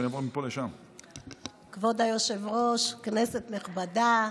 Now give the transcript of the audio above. כבוד היושב-ראש, כנסת נכבדה,